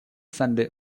sunday